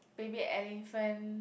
Baby Elephant